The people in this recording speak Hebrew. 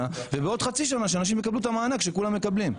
ובעוד חצי שנה יקבלו את המענק שכולם מקבלים.